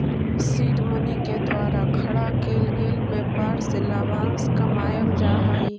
seed money के द्वारा खड़ा केल गेल व्यापार से लाभांश कमाएल जा हई